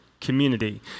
Community